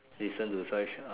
listen to such